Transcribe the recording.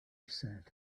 said